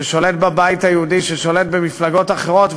ששולט בבית היהודי, ששולט במפלגות אחרות.